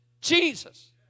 Jesus